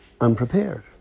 unprepared